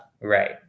Right